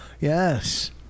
yes